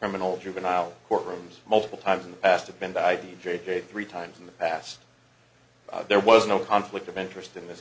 terminal juvenile courtrooms multiple times in the past have been by j j three times in the past there was no conflict of interest in this